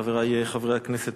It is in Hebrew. חברי חברי הכנסת,